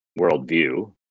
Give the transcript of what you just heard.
worldview